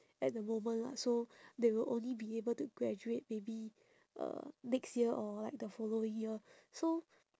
at the moment [what] so they will only be able to graduate maybe uh next year or like the following year so